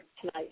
tonight